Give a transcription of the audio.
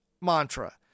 mantra